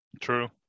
true